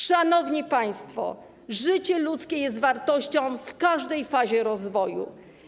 Szanowni państwo, życie ludzkie jest wartością w każdej fazie rozwoju.